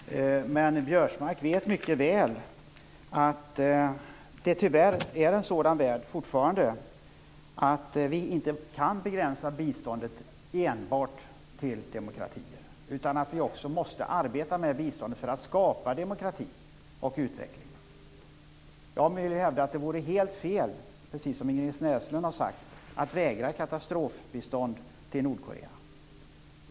Herr talman! Karl-Göran Biörsmark vet mycket väl att det tyvärr fortfarande är en sådan värld att vi inte kan begränsa biståndet till enbart demokratier. Vi måste arbeta med biståndet för att skapa demokrati och utveckling. Jag vill hävda att det vore helt fel, precis som Ingrid Näslund sade, att vägra att ge katastrofbistånd till Nordkorea.